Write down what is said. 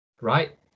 right